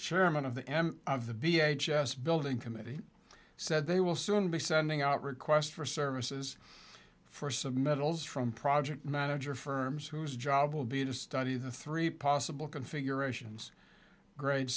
chairman of the end of the b a h s building committee said they will soon be sending out request for services for submittals from project manager firms whose job will be to study the three possible configurations grade